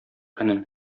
энем